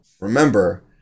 Remember